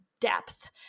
depth